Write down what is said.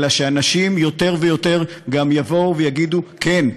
אלא שאנשים יותר ויותר יבואו ויגידו: כן,